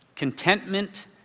Contentment